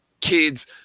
kids